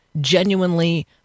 genuinely